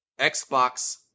Xbox